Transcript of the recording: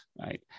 right